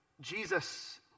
Jesus